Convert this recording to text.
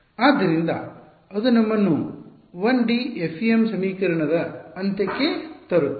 ಆದ್ದರಿಂದ ಅದು ನಮ್ಮನ್ನು 1D FEM ಸಮೀಕರಣದ ಅಂತ್ಯಕ್ಕೆ ತರುತ್ತದೆ